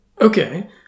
Okay